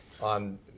on